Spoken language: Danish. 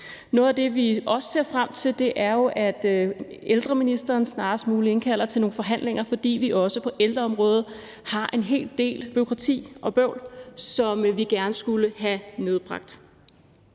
Noget af det, vi også ser frem til, er jo, at ældreministeren snarest muligt indkalder til nogle forhandlinger, fordi vi også på ældreområdet har en hel del bureaukrati og bøvl, som vi gerne skulle have nedbragt